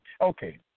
okay